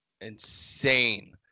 insane